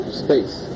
space